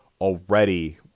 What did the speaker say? already